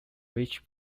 which